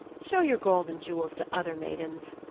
show your gold and jewels to other maidens,